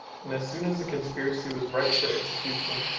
and as soon as the conspiracy was ripe for execution,